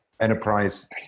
enterprise